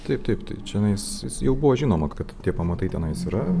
taip taip tai čionais jau buvo žinoma kad tie pamatai tenais yra